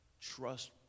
Trust